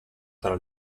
tra